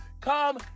come